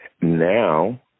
Now